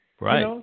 Right